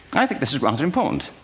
i think this is rather important.